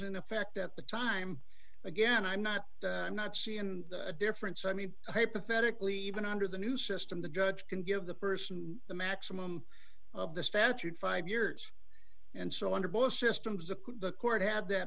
in effect at the time again i'm not i'm not a difference i mean hypothetically even under the new system the judge can give the person the maximum of the statute five years and so under both systems of the court have that